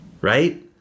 Right